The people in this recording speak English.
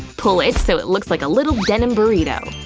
pull it so it looks like a little denim burrito.